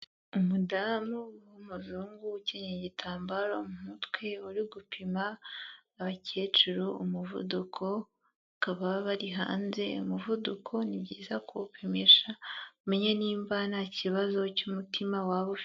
Umudamu w'umuzungu ukenyeye igitambaro mu mutwe, uri gupima abakecuru umuvuduko, bakaba bari hanze. Umuvuduko ni byiza kuwupimisha, umenye nimba nta kibazo cy'umutima waba ufite.